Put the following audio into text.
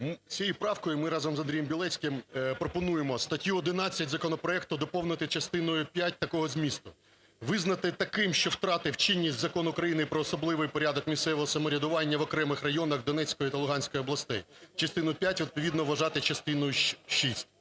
цією правкою ми разом з Андрієм Білецьким пропонуємо статтю 11 законопроекту доповнити частиною п'ять такого змісту: "Визнати таким, що втратив чинність Закон України "Про особливий порядок місцевого самоврядування в окремих районах Донецької та Луганської областей". Частину п'ять відповідно вважати частиною